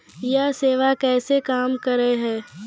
यह सेवा कैसे काम करै है?